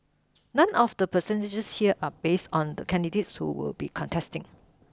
none of the percentages here are based on the candidates who will be contesting